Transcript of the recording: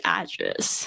address